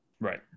Right